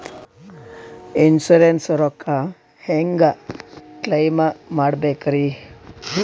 Insurance ರೊಕ್ಕ ಹೆಂಗ claim ಮಾಡ್ಬೇಕ್ರಿ?